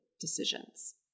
decisions